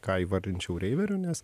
ką įvardinčiau reiveriu nes